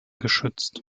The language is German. geschützt